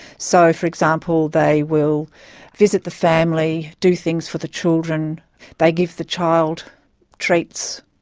so, for example, they will visit the family, do things for the children they give the child treats,